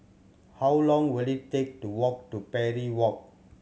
how long will it take to walk to Parry Walk